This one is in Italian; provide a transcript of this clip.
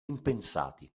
impensati